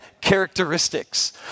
characteristics